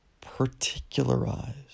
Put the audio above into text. particularized